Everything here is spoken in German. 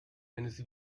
eines